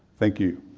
thank you.